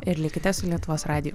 ir likite su lietuvos radiju